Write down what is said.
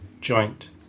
joint